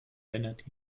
lennart